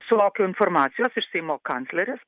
sulaukiau informacijos iš seimo kanclerės